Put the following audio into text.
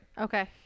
Okay